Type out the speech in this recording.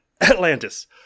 Atlantis